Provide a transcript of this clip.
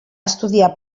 estudiar